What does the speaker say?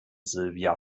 silvia